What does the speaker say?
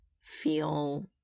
feel